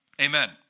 amen